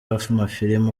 w’amafilimi